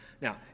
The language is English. Now